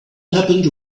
happened